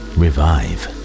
revive